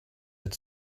had